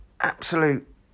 absolute